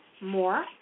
more